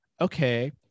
okay